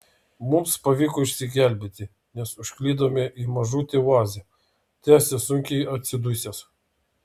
mums pavyko išsigelbėti nes užklydome į mažutę oazę tęsia sunkiai atsidusęs